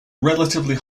relatively